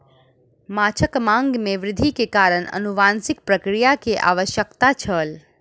माँछक मांग में वृद्धि के कारण अनुवांशिक प्रक्रिया के आवश्यकता छल